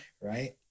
Right